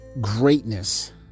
greatness